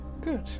Good